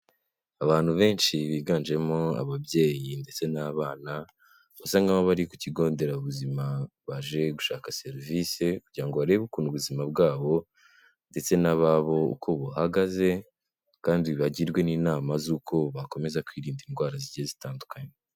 Abantu benshi biganjemo ababyeyi ndetse n'abana basa nkaho bari ku kigo nderabuzima, baje gushaka serivisi kugira ngo barebe ukuntu ubuzima bwabo ndetse n'ababo uko buhagaze, kandi bagirwe n'inama z'uko bakomeza kwirinda indwara zigiye zitandukanye.